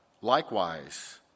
Likewise